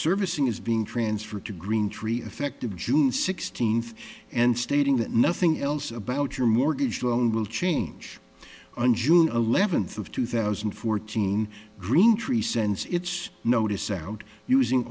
servicing is being transferred to greentree effective june sixteenth and stating that nothing else about your mortgage loan will change on june eleventh of two thousand and fourteen greentree sends its notice out using